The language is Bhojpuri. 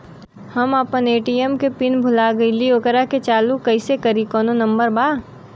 हम अपना ए.टी.एम के पिन भूला गईली ओकरा के चालू कइसे करी कौनो नंबर बा?